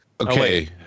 Okay